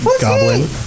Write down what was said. Goblin